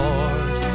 Lord